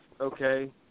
okay